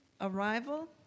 arrival